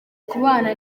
kubana